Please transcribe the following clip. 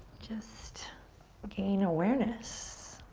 just gain awareness